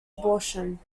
abortion